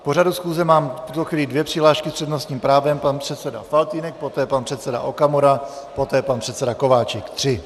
K pořadu schůze mám v tuhle chvíli dvě přihlášky, s přednostním právem pan předseda Faltýnek, poté pan předseda Okamura, poté pan předseda Kováčik tři.